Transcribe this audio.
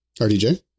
RDJ